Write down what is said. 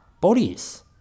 bodies